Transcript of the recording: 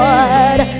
Lord